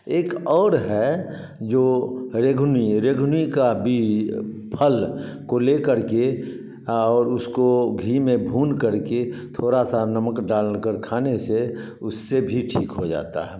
एक और है जो रेघुनी रेघुनी का फल को लेकर के और उसको घी में भून कर के थोड़ा सा नमक डालकर खाने से उससे भी ठीक हो जाता है